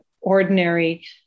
ordinary